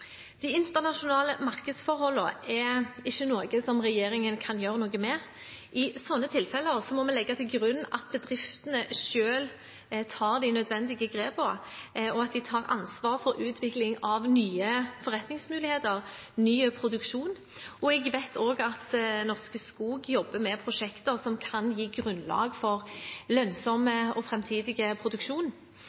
De internasjonale markedsforholdene er ikke noe som regjeringen kan gjøre noe med. I sånne tilfeller må vi legge til grunn at bedriftene selv tar de nødvendige grepene, og at de tar ansvar for utvikling av nye forretningsmuligheter, ny produksjon. Jeg vet at Norske Skog jobber med prosjekter som kan gi grunnlag for lønnsom framtidig produksjon. Bedriften har bl.a. mottatt støtte fra Enova til energieffektivisering, og